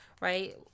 right